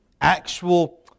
actual